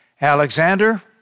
Alexander